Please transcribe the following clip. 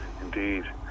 indeed